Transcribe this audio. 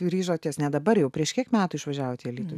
ryžotės ne dabar jau prieš kiek metų išvažiavot į alytų